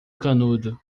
canudo